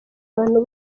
abantu